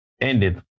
ended